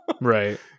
Right